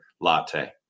latte